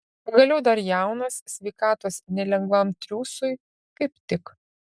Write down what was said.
pagaliau dar jaunas sveikatos nelengvam triūsui kaip tik